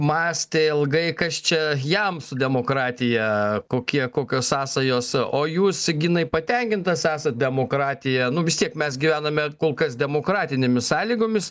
mąstė ilgai kas čia jam su demokratija kokie kokios sąsajos o jūs ginai patenkintas esat demokratija nu vis tiek mes gyvename kol kas demokratinėmis sąlygomis